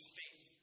faith